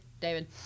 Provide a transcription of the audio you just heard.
David